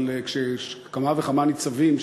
אבל כשכמה וכמה ניצבים,